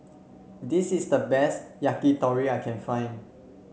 this is the best Yakitori I can find